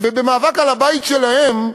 ובמאבק על הבית שלהם,